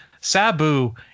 Sabu